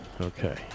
Okay